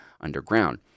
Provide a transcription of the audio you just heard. underground